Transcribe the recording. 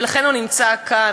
ולכן הוא נמצא כאן.